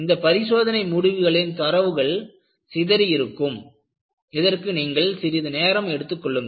இந்த பரிசோதனை முடிவுகளின் தரவுகள் சிதறி இருக்கும்இதற்கு நீங்கள் சிறிது நேரம் எடுத்துக் கொள்ளுங்கள்